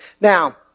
Now